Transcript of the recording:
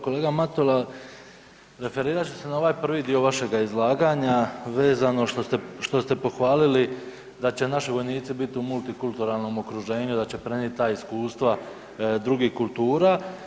Kolega Matula, referirat ću se na ovaj prvi dio vašega izlaganja vezano što ste, što ste pohvaliti da će naši vojnici bit u multikulturalnom okruženju, da će prenijet ta iskustva drugih kultura.